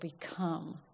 become